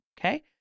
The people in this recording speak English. Okay